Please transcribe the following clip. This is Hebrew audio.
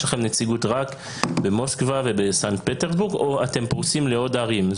יש לכם נציגות רק במוסקבה ובסנט פטרסבורג או שאתם פרוסים לעוד ערים?